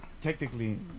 technically